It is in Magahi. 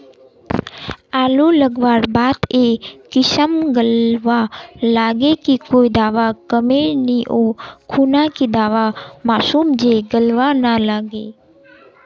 आलू लगवार बात ए किसम गलवा लागे की कोई दावा कमेर नि ओ खुना की दावा मारूम जे गलवा ना लागे?